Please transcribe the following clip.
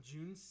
June